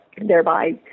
thereby